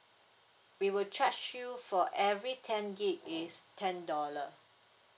we will charge you for every ten gig is ten dollar